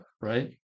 right